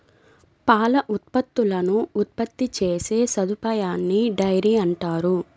పాల ఉత్పత్తులను ఉత్పత్తి చేసే సదుపాయాన్నిడైరీ అంటారు